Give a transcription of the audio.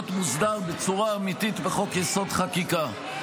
מוסדר בצורה אמיתית בחוק-יסוד: החקיקה.